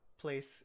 place